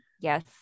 Yes